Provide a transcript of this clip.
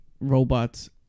robots